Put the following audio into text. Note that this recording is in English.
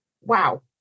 wow